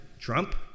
Trump